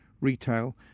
retail